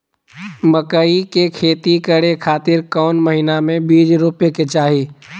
मकई के खेती करें खातिर कौन महीना में बीज रोपे के चाही?